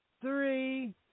three